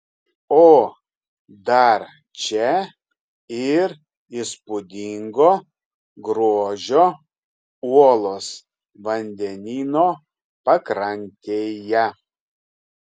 o dar čia ir įspūdingo grožio uolos vandenyno pakrantėje